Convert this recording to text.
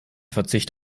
verzicht